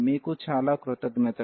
మీకు చాలా కృతజ్ఞతలు